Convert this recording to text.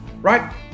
Right